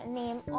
name